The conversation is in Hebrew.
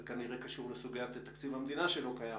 זה כנראה קשור לסוגיית תקציב המדינה שלא קיים.